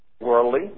Worldly